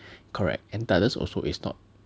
correct and Tyler's also is not